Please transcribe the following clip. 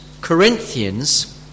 Corinthians